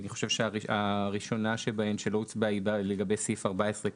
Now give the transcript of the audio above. אני חושב שהראשונה שבהן שלא הוצבעה היא לגבי 14כט,